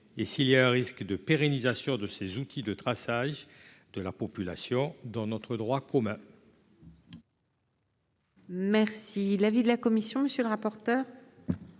et s'il y a un risque de pérennisation de ces outils de traçage de la population dans notre droit commun. Merci l'avis de la commission, monsieur le rapporteur.